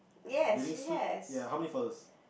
bathing suit ya how many flowers